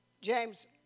James